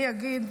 אני אגיד,